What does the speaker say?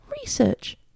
research